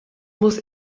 muss